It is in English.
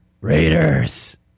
Raiders